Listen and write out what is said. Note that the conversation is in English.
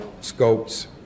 scopes